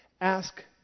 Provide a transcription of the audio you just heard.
ask